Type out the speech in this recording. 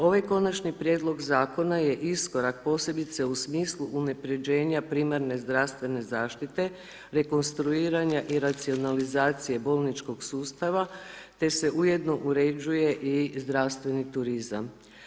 Ovaj konačni prijedlog zakona je iskorak posebice u smislu unaprijeđena primarne zdravstvene zaštite, rekonstruiranja i racionalizacije bolničkog sustava, te se ujedno uređuje i zdravstveni turizam.